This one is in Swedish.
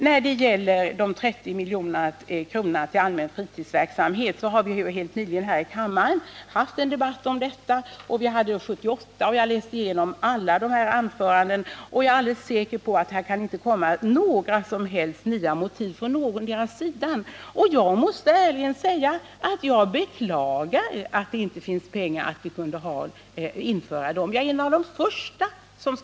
När det gäller 30 milj.kr. till allmän fritidsverksamhet har vi helt nyligen här i kammaren haft en debatt om detta, och vi hade också en debatt 1978. Jag harläst igenom alla anföranden från debatterna, och jag är helt säker på att det inte kan komma några som helst nya argument från någon sida. Jag måste ärligen säga att jag beklagar att det inte finns pengar så att vi kunde införa stödet till allmän fritidsverksamhet.